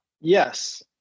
Yes